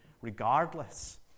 Regardless